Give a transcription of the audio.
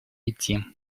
идти